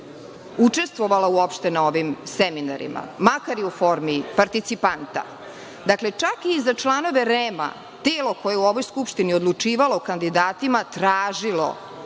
učestvovala uopšte na ovim seminarima, makar i u formi participanta. Dakle, čak i za članove REM, telo koje je u ovoj Skupštini odlučivalo o kandidatima, tražilo